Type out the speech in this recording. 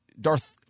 Darth